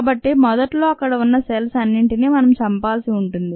కాబట్టి మొదట్లో అక్కడ ఉన్న సెల్స్ న్నిటినీ మనం చంపాల్సి ఉంటుంది